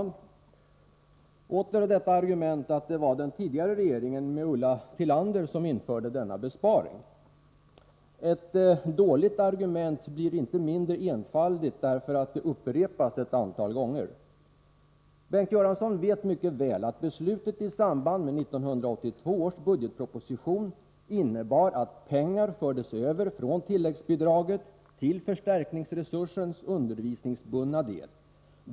Herr talman! Åter anförs argumentet att det var den tidigare regeringen med Ulla Tillander som skolminister som införde denna besparing. Ett dåligt argument blir inte mindre enfaldigt därför att det upprepas ett antal gånger. Bengt Göransson vet mycket väl att beslutet i samband med 1982 års budgetproposition innebar att pengar fördes över från tilläggsbidraget till förstärkningsresursens undervisningsbundna del.